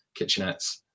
kitchenettes